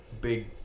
big